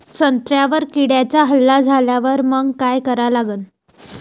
संत्र्यावर किड्यांचा हल्ला झाल्यावर मंग काय करा लागन?